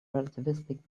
relativistic